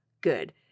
good